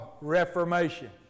reformation